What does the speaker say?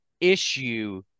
issue